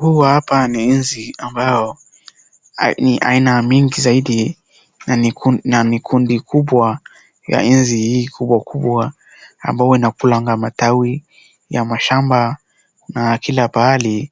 Hii hapa ni nzi ambayo ni aina mingi zaidi na mikundi kubwa ya nzi hii kubwakubwa ambayo inakulanga matawi ya mashamba na kila pahali